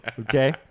Okay